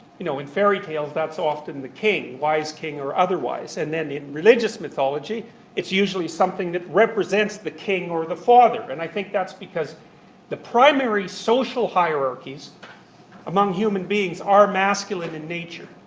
you know, in fairy tales that's often the king, wise king or otherwise, and then in religious mythology it's usually something that represents the king or the father. and i think that's because the primary social hierarchies among human beings are masculine in nature.